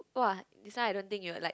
!wah! this one I don't think you'll like